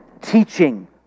teaching